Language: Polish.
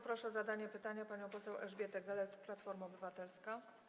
Proszę o zadanie pytania panią poseł Elżbietę Gelert, Platforma Obywatelska.